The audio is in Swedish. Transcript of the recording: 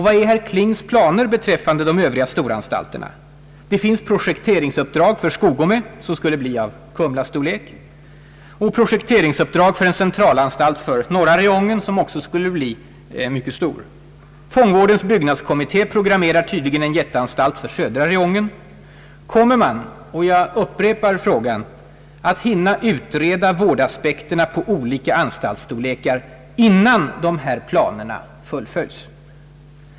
Vad är herr Klings planer beträffande de övriga storanstalterna? Det finns projekte ringsuppdrag «=beträffande Skogome och projekteringsuppdrag för en centralanstalt för norra räjongen, som också skulle bli mycket stor. Fångvårdens byggnadskommitté programmerar tydligen en jätteanstalt för södra räjongen. Kommer man — jag upprepar frågan — att hinna utreda vårdaspekterna på olika anstaltstorlekar, innan de här planerna fullföljs?